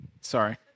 sorry